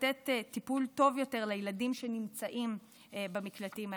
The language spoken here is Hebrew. לתת טיפול טוב יותר לילדים שנמצאים במקלטים האלה.